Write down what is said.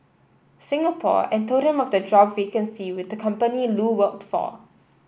Singapore and told him of the job vacancy with the company Lu worked for